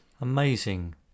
amazing